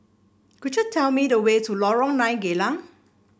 could you tell me the way to Lorong Nine Geylang